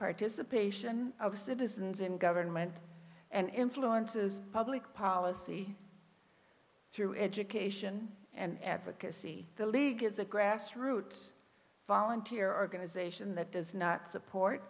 participation of citizens in government and influences public policy through education and advocacy the league is a grassroots volunteer organization that does not support